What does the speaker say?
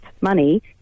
money